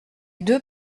deux